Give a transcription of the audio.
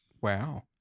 Wow